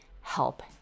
help